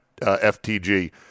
FTG